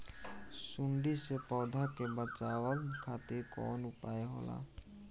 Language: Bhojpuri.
सुंडी से पौधा के बचावल खातिर कौन उपाय होला?